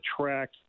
track